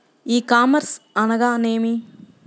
ఈ కామర్స్ అనగా నేమి?